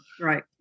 Right